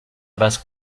basse